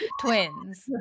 twins